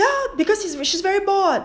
ya because she is very bored